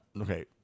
Okay